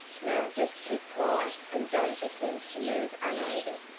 now just keep quiet, and don't attempt to move unaided,